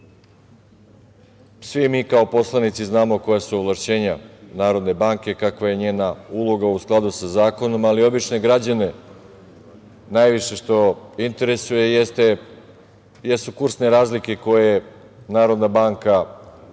Svi mi kao poslanici znamo koja su ovlašćenja Narodne banke, kakva je njena uloga u skladu sa zakonom, ali obične građane najviše što interesuje jesu kursne razlike koje Narodna banka